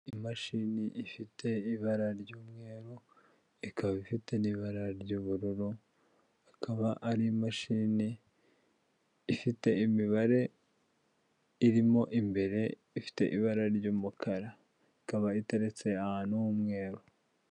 Imashini ifite ibara ry'umweru, ikaba ifite n'ibara ry'ubururu, akaba ari imashini ifite imibare irimo imbere ifite ibara ry'umukara ikaba itaretse ahantu h'umweru.